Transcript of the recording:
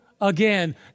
again